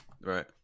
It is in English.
right